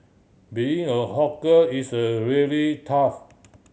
being a hawker is really tough